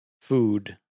food